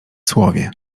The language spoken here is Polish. słowie